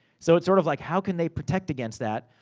so it's sort of like, how can they protect against that.